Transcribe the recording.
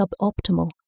suboptimal